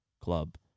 club